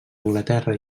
anglaterra